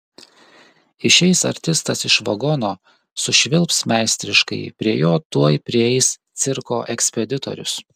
išeis artistas iš vagono sušvilps meistriškai prie jo tuoj prieis cirko ekspeditorius